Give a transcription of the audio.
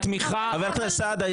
חבר הכנסת סעדה,